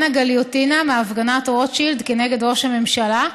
הגיליוטינה מהפגנת רוטשילד כנגד ראש הממשלה,